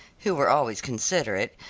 who were always considerate,